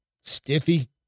Stiffy